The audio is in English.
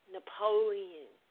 Napoleon